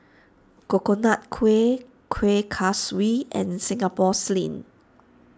Coconut Kuih Kuih Kaswi and Singapore Sling